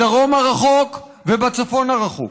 בדרום הרחוק ובצפון הרחוק,